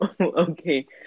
Okay